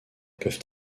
peuvent